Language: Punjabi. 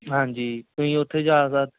ਹਾਂਜੀ ਤੁਸੀਂ ਉੱਥੇ ਜਾ ਸਕ